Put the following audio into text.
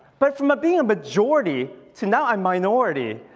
but from being a majority to now a um minority.